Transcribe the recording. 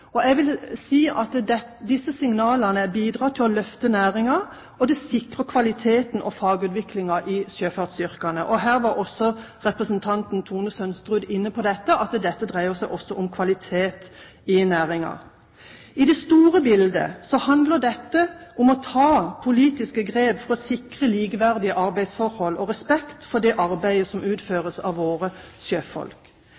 Jeg vil si at disse signalene bidrar til å løfte næringen og sikrer kvaliteten og fagutviklingen i sjøfartsyrkene. Representanten Tone Sønsterud var også inne på at dette dreier seg om kvalitet i næringen. I det store bildet handler dette om å ta politiske grep for å sikre likeverdige arbeidsforhold og respekt for det arbeidet som